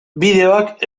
bideoak